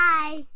Bye